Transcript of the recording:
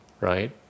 right